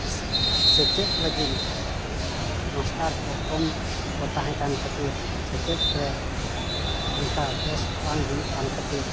ᱥᱮᱪᱮᱫ ᱞᱟᱹᱜᱤᱫ ᱢᱟᱥᱴᱟᱨ ᱠᱚ ᱠᱚᱢ ᱠᱚ ᱛᱟᱦᱮᱸ ᱠᱟᱱ ᱠᱷᱟᱹᱛᱤᱨ ᱥᱮᱪᱮᱫ ᱨᱮ ᱚᱱᱠᱟ ᱵᱮᱥ ᱵᱟᱝ ᱦᱩᱭᱩᱜ ᱠᱟᱱ ᱠᱷᱟᱹᱛᱤᱨ